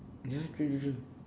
ya true true true